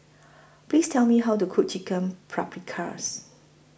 Please Tell Me How to Cook Chicken Paprikas